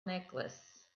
necklace